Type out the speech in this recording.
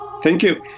thank you.